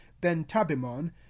Ben-Tabimon